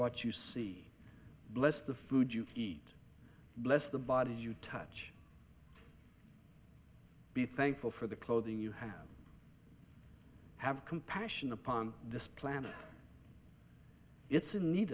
what you see bless the food you eat bless the body you touch be thankful for the clothing you have have compassion upon this planet it's in need